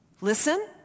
Listen